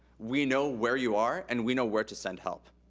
we know where you are and we know where to send help.